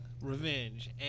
revenge